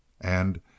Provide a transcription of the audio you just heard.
And